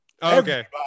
Okay